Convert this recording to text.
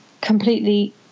completely